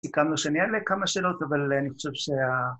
סיכמנו שאני אעלה כמה שאלות, ‫אבל אני חושב שה...